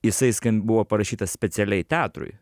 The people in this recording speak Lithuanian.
jisai skan buvo parašytas specialiai teatrui